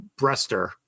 brester